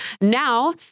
Now